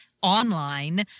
online